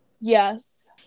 Yes